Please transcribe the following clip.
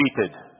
defeated